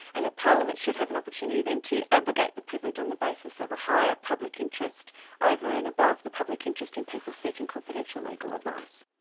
and that parliament should have an opportunity then to abrogate the privilege on the basis of a higher public interest over and above the public interest in people seeking confidential legal advice.